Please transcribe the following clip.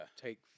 take